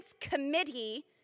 Committee